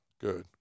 Good